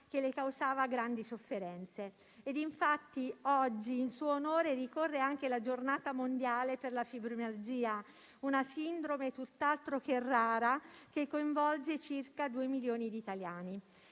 che le causava grandi sofferenze. Infatti oggi in suo onore ricorre anche la Giornata mondiale per la fibromialgia, una sindrome tutt'altro che rara, che coinvolge circa due milioni di italiani.